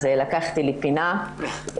אז לקחתי לי פינה.